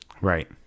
Right